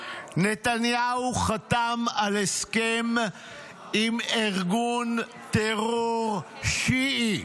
נתניהו חתם על הסכם עם ארגון טרור שיעי.